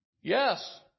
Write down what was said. Yes